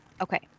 Okay